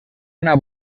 una